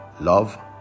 Love